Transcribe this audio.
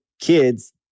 kids